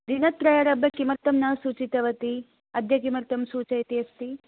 दिनत्रयारभ्य किमर्थं न सूचितवती अद्य किमर्थं सूचयती अस्ति